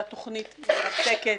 תוכנית מרתקת.